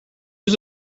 was